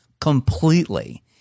Completely